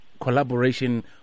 collaboration